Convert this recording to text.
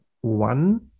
one